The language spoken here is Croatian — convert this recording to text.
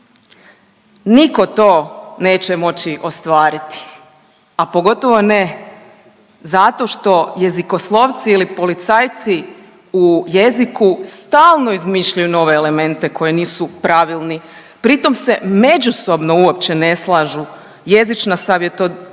nitko to neće moći ostvariti, a pogotovo ne zato što jezikoslovci ili policajci u jeziku stalno izmišljaju nove elemente koji nisu pravilni pritom se međusobno uopće ne slažu. Jezična savjetovanja